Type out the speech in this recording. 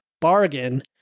bargain